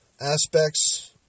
aspects